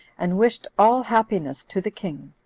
and wished all happiness to the king.